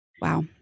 Wow